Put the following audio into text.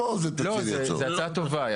זו הצעה טובה.